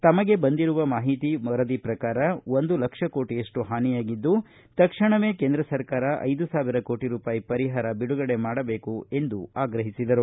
ತಮಗೆ ಬಂದಿರುವ ಮಾಹಿತಿ ವರದಿ ಪ್ರಕಾರ ಒಂದು ಲಕ್ಷ ಕೋಟಿಯಷ್ಟು ಹಾನಿಯಾಗಿದ್ದು ತಕ್ಷಣವೇ ಕೇಂದ್ರ ಸರ್ಕಾರ ಐದು ಸಾವಿರ ಕೋಟಿ ರೂಪಾಯಿ ಪರಿಹಾರ ಬಿಡುಗಡೆ ಮಾಡಬೇಕು ಎಂದು ಒತ್ತಾಯಿಸಿದರು